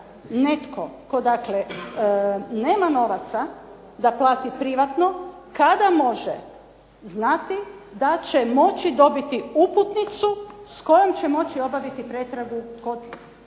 netko tko dakle nema novaca da plati privatno, kada može znati da će moći dobiti uputnicu s kojom će moći obaviti pretragu kod